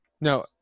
No